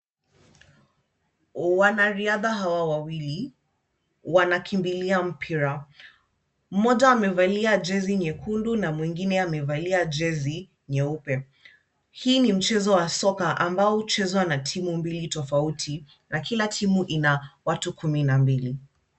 Wanariadha hawa wawili wanakimbilia mpira. Mmoja amevalia jezi nyekundu na mwingine amevalia jezi nyeupe. Hii ni mchezo wa soka ambao huchezwa na timu mbili tofauti na kila timu ina watu kumi na mbili.